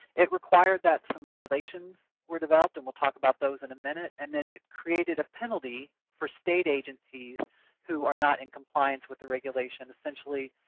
it required that some regulations were developed, and we'll talk about those in a minute, and then it created a penalty for state agencies who are not in compliance with the regulations. essentially,